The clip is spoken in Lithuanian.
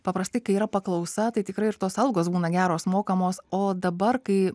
paprastai kai yra paklausa tai tikrai ir tos algos būna geros mokamos o dabar kai